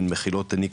הן מכילות ניקוטין,